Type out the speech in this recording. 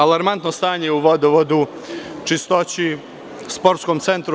Alarmantno stanje je u vodovodu, čistoći, sportskom centru.